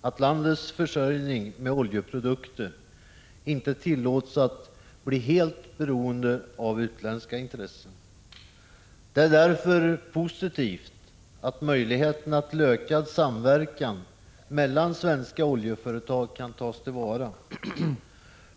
att landets försörjning med oljeprodukter inte tillåts att bli helt beroende av utländska intressen. Det är därför positivt att möjligheterna till ökad samverkan mellan svenska oljeföretag kan tas till vara.